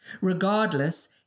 Regardless